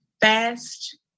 Fast